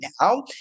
now